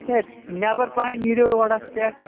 A نٮ۪بر پَہم نیٖرِو روڑس پٮ۪ٹھ